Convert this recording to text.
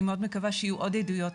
אני מאוד מקווה שיהיו עוד עדויות,